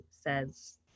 says